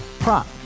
Prop